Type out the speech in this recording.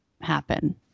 happen